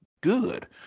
good